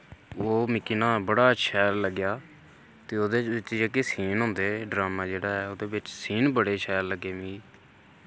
ओह् मिगी ना बड़ा शैल लग्गेया ते ओह्दे च जेह्के सीन होंदे ड्रामा जेह्ड़ा ओह्दे विच सीन बड़े शैल लग्गे मिगी